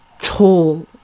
tall